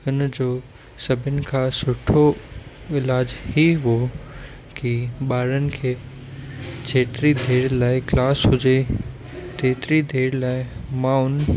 हिन जो सभिनि खां सुठो इलाज ई हो कि ॿारनि खे जेतिरी देरि लाइ क्लास हुजे तेतिरी देरि लाइ मां उन